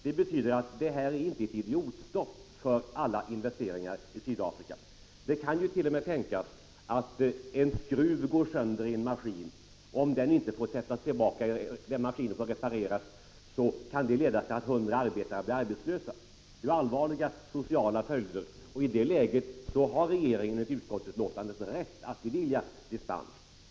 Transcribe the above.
Det betyder att det inte är fråga om något totalstopp för alla investeringar i Sydafrika. Det kan jut.ex. tänkas att en maskin blir obrukbar på grund av att en skruv går sönder, och om den maskinen inte får repareras kan det leda till att hundra arbetare blir arbetslösa med allvarliga sociala följder. I ett sådant läge har regeringen enligt utskottsbetänkandet rätt att bevilja dispens.